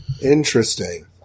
Interesting